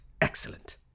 Excellent